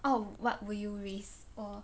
oh what would you risk orh